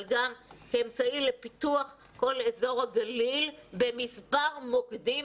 אבל גם כאמצעי לפיתוח של כל אזור הגליל במספר מוקדים.